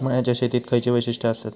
मळ्याच्या शेतीची खयची वैशिष्ठ आसत?